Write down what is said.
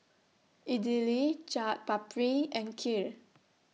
Idili Chaat Papri and Kheer